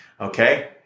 okay